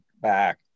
back